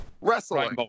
Wrestling